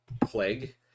Plague